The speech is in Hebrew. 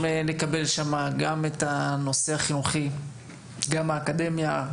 לקבל את הנושא החינוכי ואת האקדמיה,